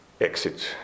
exit